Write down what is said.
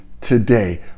today